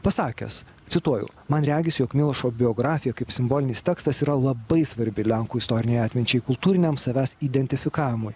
pasakęs cituoju man regis jog milošo biografija kaip simbolinis tekstas yra labai svarbi lenkų istorinei atminčiai kultūriniam savęs identifikavimui